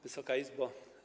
Wysoka Izbo!